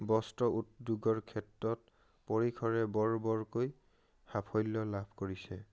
বস্ত্ৰ উদ্যোগৰ ক্ষেত্ৰত পৰিসৰে বৰ বৰকৈ সাফল্য লাভ কৰিছে